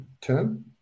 term